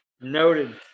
Noted